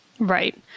Right